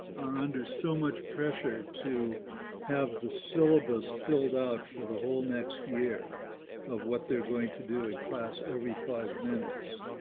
are under so much pressure to have the syllabus filled out for the whole next year of what they're going to do in class every five minutes,